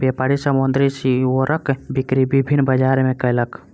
व्यापारी समुद्री सीवरक बिक्री विभिन्न बजार मे कयलक